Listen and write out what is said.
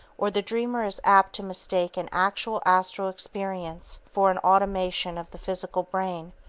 or the dreamer is apt to mistake an actual astral experience for an automaton of the physical brain,